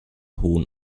hohen